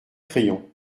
crayon